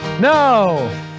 No